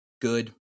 good